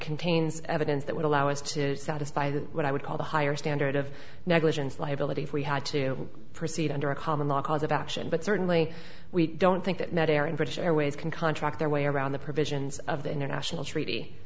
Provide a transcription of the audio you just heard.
contains evidence that would allow us to satisfy what i would call the higher standard of negligence liability if we had to proceed under a common law cause of action but certainly we don't think that that air in british airways can contract their way around the provisions of the international treaty